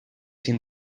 sin